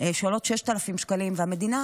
שעולים 6,000 שקלים, והמדינה